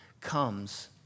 comes